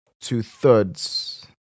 two-thirds